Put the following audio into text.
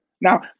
Now